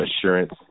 assurance